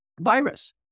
virus